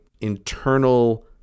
internal